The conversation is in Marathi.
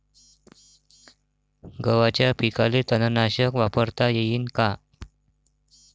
गव्हाच्या पिकाले तननाशक वापरता येईन का?